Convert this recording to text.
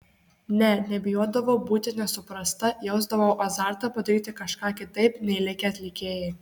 ne nebijodavau būti nesuprasta jausdavau azartą padaryti kažką kitaip nei likę atlikėjai